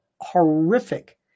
horrific